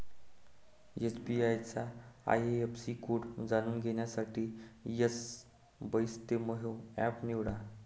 SBI चा IFSC code जाणून घेण्यासाठी एसबइस्तेमहो एप निवडा